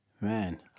Man